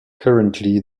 currently